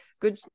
good